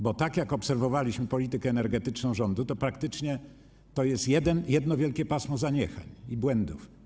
Bo jak obserwowaliśmy politykę energetyczną rządu, to praktycznie to jest jedno wielkie pasmo zaniechań i błędów.